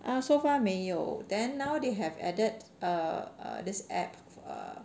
err so far 没有 then now they have added err err this app err